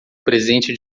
presente